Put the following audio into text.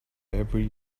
every